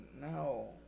No